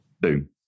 Boom